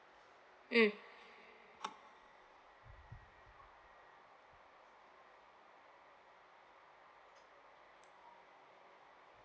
mm